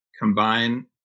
combine